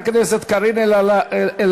חברת הכנסת קארין אלהרר,